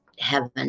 heaven